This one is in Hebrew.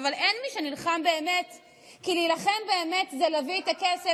אבל חוק של האוכלוסיות הכי